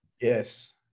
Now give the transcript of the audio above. Yes